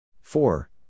Four